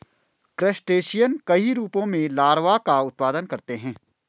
crustacean कई रूपों में लार्वा का उत्पादन करते हैं